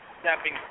stepping